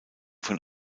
von